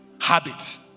habit